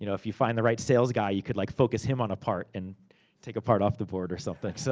you know if you find the right sales guy, you could like focus him on a part, and take a part off the board, or something. so,